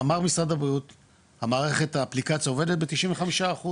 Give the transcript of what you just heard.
אמר משרד הבריאות האפליקציה עובדת ב- 95%,